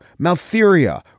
maltheria